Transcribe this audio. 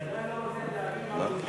אני עדיין לא מצליח להבין מה גוזלים מהם.